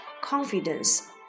Confidence